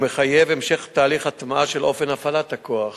הוא מחייב המשך תהליך הטמעה של אופן הפעלת הכוח